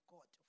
God